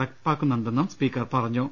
നടപ്പാക്കുന്നുണ്ടെന്നും speaker പറഞ്ഞു